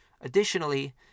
Additionally